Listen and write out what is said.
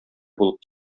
булып